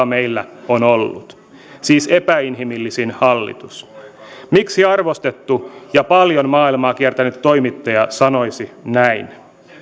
meillä on ollut siis epäinhimillisin hallitus miksi arvostettu ja paljon maailmaa kiertänyt toimittaja sanoisi näin